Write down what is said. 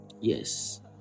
yes